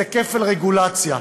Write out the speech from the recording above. זה כפל רגולציה.